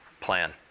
plan